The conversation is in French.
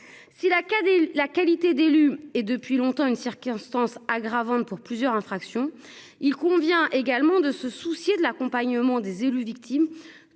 la la qualité d'élu et depuis longtemps une circonstance aggravante pour plusieurs infractions, il convient également de se soucier de l'accompagnement des élus victimes